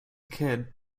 kid